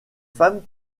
femmes